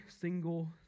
single